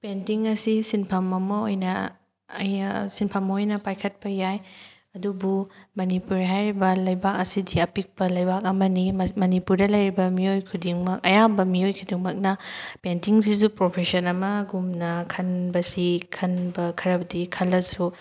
painting ꯑꯁꯤ ꯁꯤꯟꯐꯝ ꯑꯃ ꯑꯣꯏꯅ ꯁꯤꯟꯐꯝ ꯑꯣꯏꯅ ꯄꯥꯏꯈꯠꯄ ꯌꯥꯏ ꯑꯗꯨꯕꯨ ꯃꯅꯤꯄꯨꯔ ꯍꯥꯏꯔꯤꯕ ꯂꯩꯕꯥꯛ ꯑꯁꯤꯗꯤ ꯑꯄꯤꯛꯄ ꯂꯩꯕꯥꯛ ꯑꯃꯅꯤ ꯃꯅꯤꯄꯨꯔꯗ ꯂꯩꯔꯤꯕ ꯃꯤꯑꯣꯏ ꯈꯨꯗꯤꯡꯃꯛ ꯑꯌꯥꯝꯕ ꯃꯤꯑꯣꯏ ꯈꯨꯗꯤꯡꯃꯛꯅ ꯄꯦꯟꯇꯤꯡꯁꯤꯁꯨ ꯄ꯭ꯔꯣꯐꯦꯁꯟ ꯑꯃꯒꯨꯝꯅ ꯈꯟꯕꯁꯤ ꯈꯟꯕ ꯈꯔꯕꯨꯗꯤ ꯈꯜꯂꯁꯨ